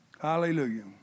Hallelujah